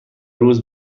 روز